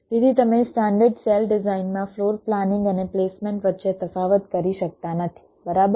તેથી તમે standard cell ડિઝાઇનમાં ફ્લોર પ્લાનિંગ અને પ્લેસમેન્ટ વચ્ચે તફાવત કરી શકતા નથી બરાબર